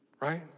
right